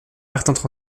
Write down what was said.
partent